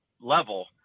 level